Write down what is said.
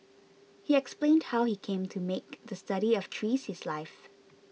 he explained how he came to make the study of trees his life